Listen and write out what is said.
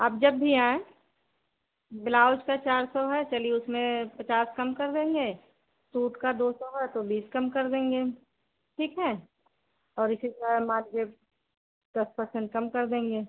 आप जब भी आएँ ब्लाउज का चार सौ है चलिए उसमें पचास कम कर देंगे सूट का दो सौ है तो बीस कम कर देंगे ठीक है और इसी तरह मार्जिन दस परसेंट कम कर देंगे